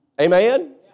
Amen